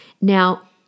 Now